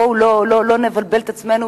בואו לא נבלבל את עצמנו,